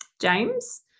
James